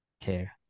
care